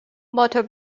motor